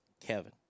Kevin